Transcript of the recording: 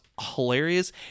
hilarious